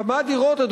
כמה דירות ציבוריות,